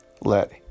Let